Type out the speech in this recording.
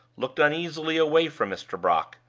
looked uneasily away from mr. brock,